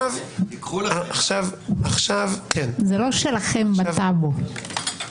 זה לא שלכם בטאבו.